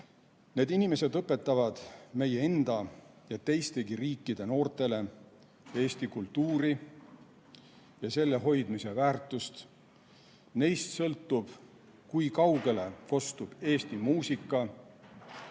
Need inimesed õpetavad meie enda ja teistegi riikide noortele Eesti kultuuri ja selgitavad selle hoidmise väärtust. Neist sõltub, kui kaugele kostab Eesti muusika,